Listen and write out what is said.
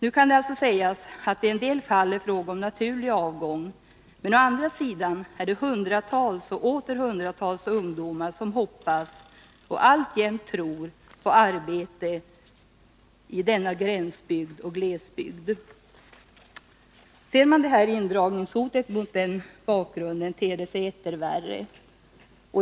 Nu kan det sägas att det i en del fall är fråga om naturlig avgång. Men å andra sidan finns det hundratals och åter hundratals ungdomar som hoppas och alltjämt tror på ett arbete i denna gränsbygd och glesbygd. Ser man indragningshotet mot den bakgrunden ter sig situationen etter värre.